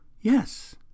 Yes